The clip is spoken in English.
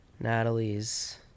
Natalie's